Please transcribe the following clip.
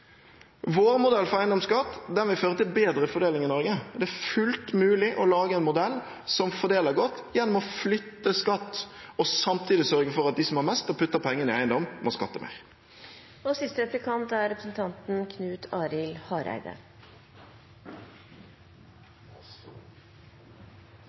Vår modell for eiendomsskatt vil føre til bedre fordeling i Norge. Det er fullt mulig å lage en modell som fordeler godt, gjennom å flytte skatt og samtidig sørge for at de som har mest og putter pengene i eiendom, må skatte mer. Eg vil avslutte denne replikkrunden med eit anna tema som SV har løfta den siste